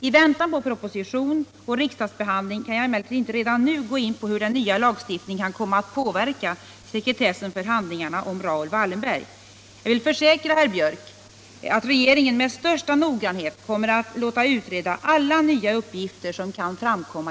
I väntan på proposition och riksdagsbehandling kan jag emellertid inte redan nu gå in på hur den nya lagstiftningen kan komma att påverka sekretessen för handlingarna om Raoul Wallenberg. Jag vill försäkra herr Björck att regeringen med största noggrannhet kommer att låta utreda alla nya uppgifter som kan framkomma.